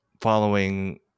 following